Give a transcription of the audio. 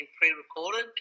pre-recorded